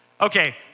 Okay